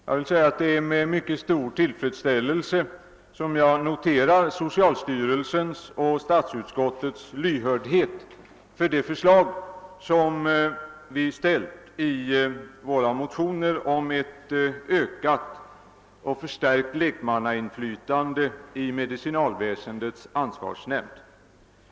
Jag noterar med mycket stor tillfredsställelse socialstyrelsens och statsutskottets lyhördhet för det förslag som vi framfört i våra motioner om ett ökat och förstärkt lekmannainflytande i medicinalstyrelsens ansvarsnämnd.